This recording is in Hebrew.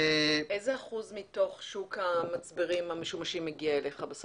להערכתך איזה אחוז מתוך שוק המצברים המשומשים מגיע אליך?